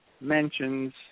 mentions